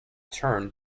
turned